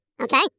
okay